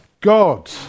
God